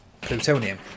plutonium